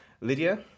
Lydia